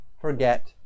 forget